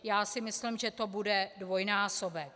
Já si myslím, že to bude dvojnásobek.